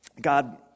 God